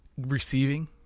receiving